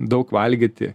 daug valgyti